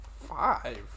five